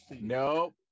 Nope